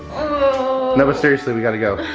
no, but seriously, we gotta go.